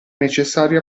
necessario